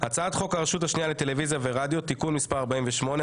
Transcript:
הצעת חוק הרשות השנייה לטלוויזיה ורדיו (תיקון מס' 48),